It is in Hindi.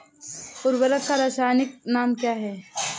उर्वरक का रासायनिक नाम क्या है?